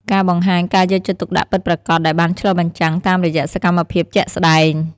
ការបង្ហាញការយកចិត្តទុកដាក់ពិតប្រាកដដែលបានឆ្លុះបញ្ចាំងតាមរយៈសកម្មភាពជាក់ស្តែង។